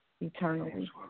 Eternally